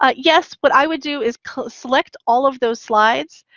ah yes. what i would do is select all of those slides,